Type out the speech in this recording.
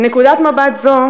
מנקודת מבט זו,